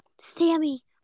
Sammy